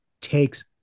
takes